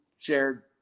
shared